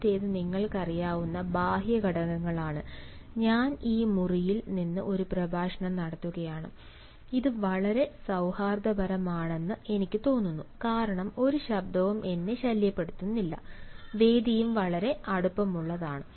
ആദ്യത്തേത് നിങ്ങൾക്കറിയാവുന്ന ബാഹ്യ ഘടകങ്ങളാണ് ഞാൻ ഈ മുറിയിൽ നിന്ന് ഒരു പ്രഭാഷണം നടത്തുകയാണ് ഇത് വളരെ സൌഹാർദ്ദപരമാണെന്ന് എനിക്ക് തോന്നുന്നു കാരണം ഒരു ശബ്ദവും എന്നെ ശല്യപ്പെടുത്തുന്നില്ല വേദിയും വളരെ അടുപ്പമുള്ളതാണ്